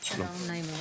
שלום, נעים מאוד.